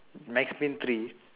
max payne three